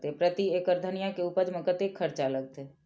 प्रति एकड़ धनिया के उपज में कतेक खर्चा लगते?